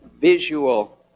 visual